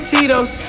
Tito's